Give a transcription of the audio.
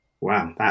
Wow